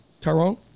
Tyrone